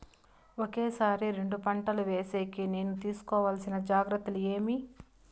ఒకే సారి రెండు పంటలు వేసేకి నేను తీసుకోవాల్సిన జాగ్రత్తలు ఏమి?